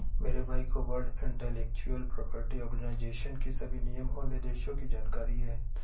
मेरे भाई को वर्ल्ड इंटेलेक्चुअल प्रॉपर्टी आर्गेनाईजेशन की सभी नियम और निर्देशों की जानकारी है